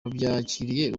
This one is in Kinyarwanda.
wabyakiriye